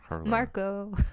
Marco